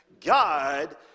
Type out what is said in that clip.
God